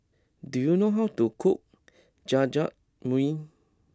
do you know how to cook Jajangmyeon